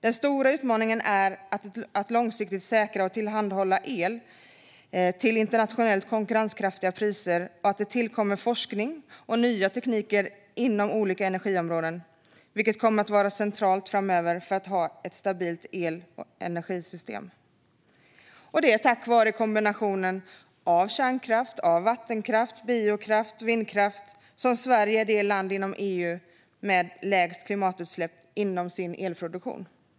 Den stora utmaningen är att långsiktigt säkra och tillhandahålla el till internationellt konkurrenskraftiga priser och se till att det tillkommer forskning och nya tekniker inom olika energiområden, vilket kommer att vara centralt framöver för att vi ska kunna ha ett stabilt el och energisystem. Det är tack vare kombinationen av kärnkraft, vattenkraft, biokraft och vindkraft som Sverige är det land inom EU som har lägst klimatutsläpp inom elproduktionen.